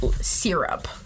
syrup